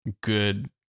good